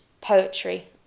poetry